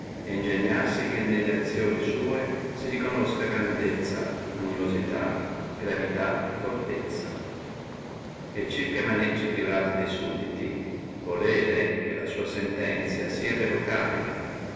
ingegnarsi che nelle azioni sua si riconosca grandezza animosità gravità fortezza e circa maneggi privati de sudditi volere che la sua sentenzia sia irrevocabile